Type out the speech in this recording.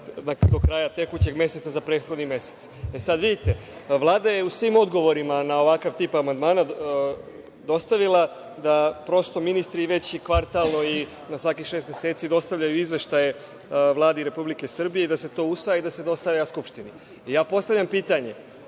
do kraja tekućeg meseca za prethodni mesec. Vidite, Vlada je u svim odgovorima na ovakav tip amandmana dostavila da ministri kvartalno i na svakih šest meseci dostavljaju izveštaje Vladi Republike Srbije i da se to dostavlja Skupštini. Postavljam pitanje,